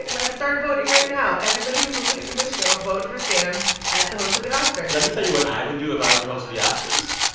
let's start voting right now. everybody who's listening to this show, vote for sam as the host of the oscars let me tell you what i would do if i were the host of the oscars.